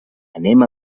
anem